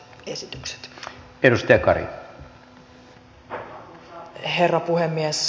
arvoisa herra puhemies